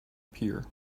pier